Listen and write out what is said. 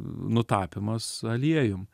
nutapymas aliejum